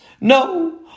No